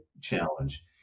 challenge